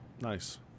nice